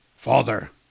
Father